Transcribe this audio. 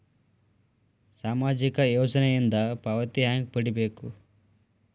ಸಾಮಾಜಿಕ ಯೋಜನಿಯಿಂದ ಪಾವತಿ ಹೆಂಗ್ ಪಡಿಬೇಕು?